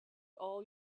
all